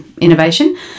innovation